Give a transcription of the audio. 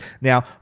Now